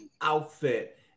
outfit